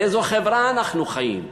באיזו חברה אנחנו חיים?